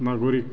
नाग'रिग